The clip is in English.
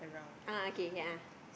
ah okay a'ah